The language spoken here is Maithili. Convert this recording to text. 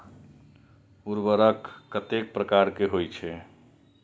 उर्वरक कतेक प्रकार के होई छै?